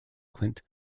clint